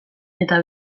eta